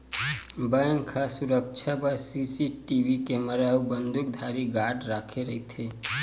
bank ह सुरक्छा बर सीसीटीवी केमरा अउ बंदूकधारी गार्ड राखे रहिथे